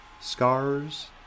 Scars